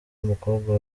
w’umukobwa